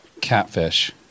Catfish